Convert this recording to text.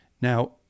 Now